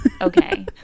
Okay